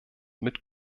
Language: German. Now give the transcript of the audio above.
mit